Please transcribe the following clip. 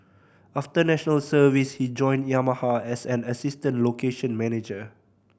after National Service he joined Yamaha as an assistant location manager